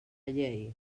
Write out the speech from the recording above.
llei